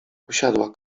usiadła